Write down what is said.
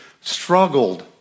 struggled